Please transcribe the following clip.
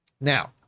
Now